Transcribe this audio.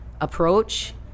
approach